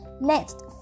Next